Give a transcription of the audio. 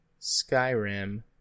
Skyrim